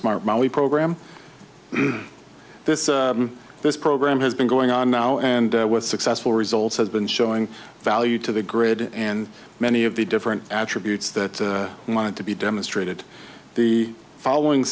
smart money program this this program has been going on now and was successful results has been showing value to the grid and many of the different attributes that we wanted to be demonstrated the following